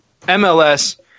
MLS